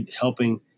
helping